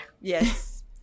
Yes